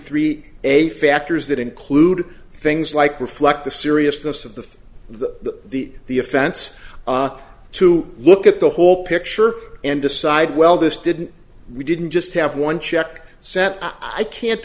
three a factors that include things like reflect the seriousness of the the the the offense to look at the whole picture and decide well this didn't we didn't just have one check set i can't